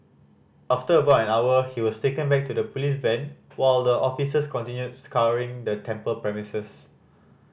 after about an hour he was taken back to the police van while the officers continued scouring the temple premises